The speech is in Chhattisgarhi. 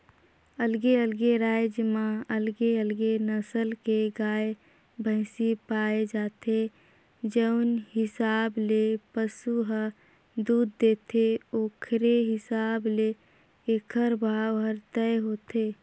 अलगे अलगे राज म अलगे अलगे नसल के गाय, भइसी पाए जाथे, जउन हिसाब ले पसु ह दूद देथे ओखरे हिसाब ले एखर भाव हर तय होथे